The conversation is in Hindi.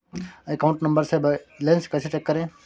अकाउंट नंबर से बैलेंस कैसे चेक करें?